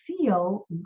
feel